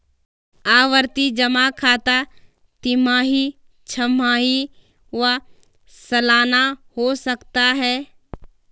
आवर्ती जमा खाता तिमाही, छमाही व सलाना हो सकता है